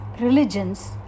religions